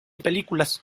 películas